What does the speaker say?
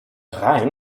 rhein